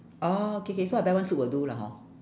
orh K K so I buy one suit will do lah hor